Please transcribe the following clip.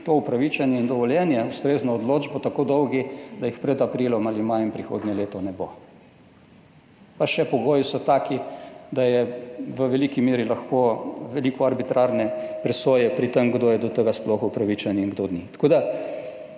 to upravičenje in dovoljenje, ustrezno odločbo, tako dolgi, da jih pred aprilom ali majem prihodnje leto ne bo. Pa še pogoji so taki, da je v veliki meri lahko veliko arbitrarne presoje pri tem, kdo je do tega sploh upravičen in kdo ni. Zakon